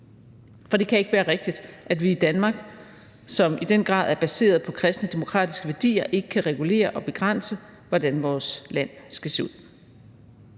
for det kan ikke være rigtigt, at vi i Danmark, som i den grad er baseret på kristne demokratiske værdier, ikke kan regulere og begrænse, hvordan vores land skal se ud.